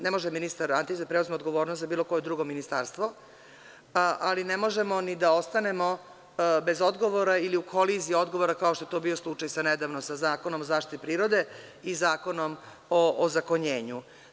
Ne može ministar Antić da preuzme odgovornost za bilo koje drugo ministarstvo, ali ne možemo ni da ostanemo bez odgovora ili u koliziji odgovora kao što je to bio slučaj nedavno sa Zakonom o zaštiti prirode i Zakonom o ozakonjenju.